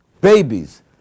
babies